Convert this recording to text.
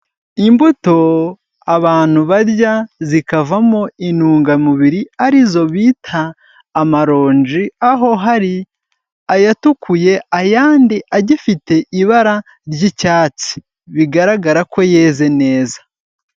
Imbuto abantu barya zikavamo intungamubiri ari zo bita amaronji, aho hari ayatukuye ayandi agifite ibara ry'icyatsi bigaragara ko yeze neza.